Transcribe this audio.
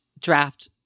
draft